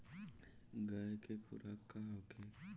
गाय के खुराक का होखे?